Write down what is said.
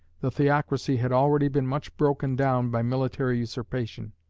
the theocracy had already been much broken down by military usurpation.